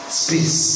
space